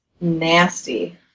Nasty